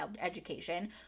education